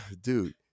dude